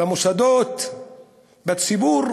במוסדות, בציבור,